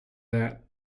that